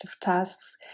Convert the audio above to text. tasks